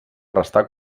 restà